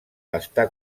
està